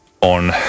on